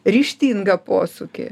ryžtingą posūkį